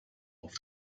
auf